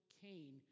Cain